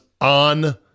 on